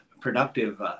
productive